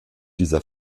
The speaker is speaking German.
dieser